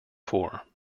four